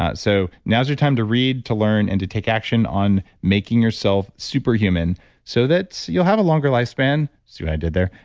ah so now's your time to read, to learn, and to take action on making yourself superhuman so that you'll have a longer life span see what i did there?